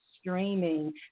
Streaming